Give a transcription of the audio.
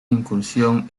incursión